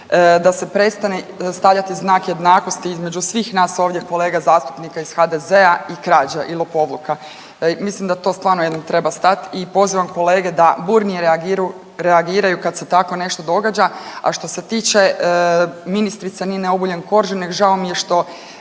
da se prestane stavljati znak jednakosti između svih nas ovdje kolega zastupnika iz HDZ-a i krađa i lopovluka. Mislim da to stvarno jednom treba stat i pozivam kolege da burnije reagiraju reagiraju kad se tako nešto događa. A što se tiče ministrice Nine Obuljen Koržinek žao mi je što